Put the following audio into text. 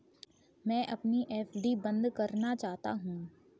मैं अपनी एफ.डी बंद करना चाहता हूँ